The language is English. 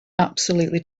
absolutely